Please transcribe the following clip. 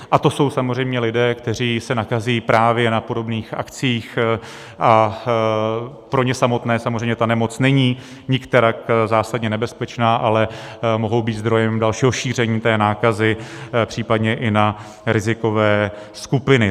A to jsou samozřejmě lidé, kteří se nakazí právě na podobných akcích, a pro ně samotné samozřejmě ta nemoc není nikterak zásadně nebezpečná, ale mohou být zdrojem dalšího šíření nákazy případně i na rizikové skupiny.